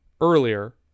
earlier